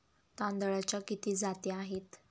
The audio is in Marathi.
तांदळाच्या किती जाती आहेत?